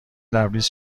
لبریز